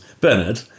Bernard